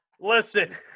Listen